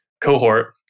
cohort